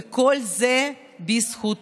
וכל זה בזכותו.